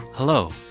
Hello